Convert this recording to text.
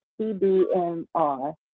CBMR